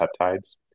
peptides